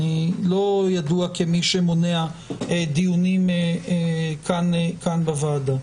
אני לא ידוע כמי שמונע דיונים כאן בוועדה.